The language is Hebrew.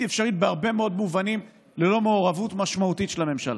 אפשרית בהרבה מאוד מובנים ללא מעורבות משמעותית של הממשלה.